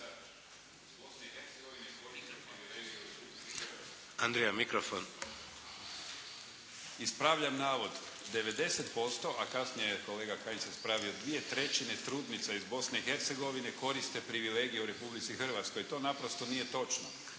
Andrija (HDZ)** Ispravljam navod, 90%, a kasnije kolega Kajin se ispravio 2/3 trudnica iz Bosne i Hercegovine koriste privilegije u Republici Hrvatskoj. To naprosto nije točno.